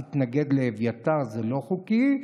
להתנגד לאביתר זה לא-חוקי,